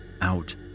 out